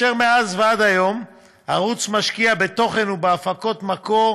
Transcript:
ומאז ועד היום הוא משקיע בתוכן ובהפקות מקור